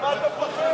ממה אתה מפחד?